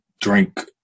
drink